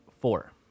Four